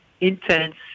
intense